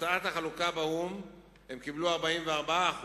בהצעת החלוקה באו"ם הם קיבלו 44%